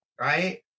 right